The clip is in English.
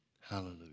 Hallelujah